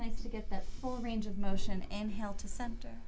nice to get that full range of motion and help to center